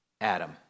Adam